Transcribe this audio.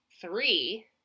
three